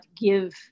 give